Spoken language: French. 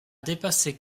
dépassé